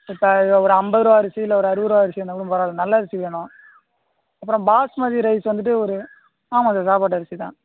இப்போ ஒரு ஐம்பது ரூபா அரிசி இல்லை ஒரு அறுபது ரூபா அரிசினாலும் பரவாயில்லை நல்ல அரிசி வேணும் அப்புறம் பாஸ்மதி ரைஸ் வந்துவிட்டு ஒரு ஆமாம் சார் சாப்பாட்டு அரிசி தான்